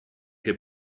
che